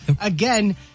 Again